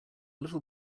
little